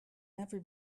never